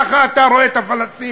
ככה אתה רואה את הפלסטינים.